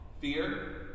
Fear